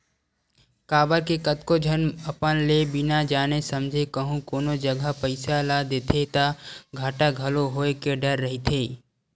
काबर के कतको झन अपन ले बिना जाने समझे कहूँ कोनो जगा पइसा लगा देथे ता घाटा घलो होय के डर रहिथे